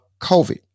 COVID